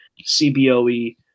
cboe